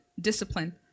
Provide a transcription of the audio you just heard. discipline